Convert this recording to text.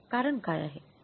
कारण काय आहे